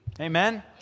Amen